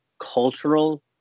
cultural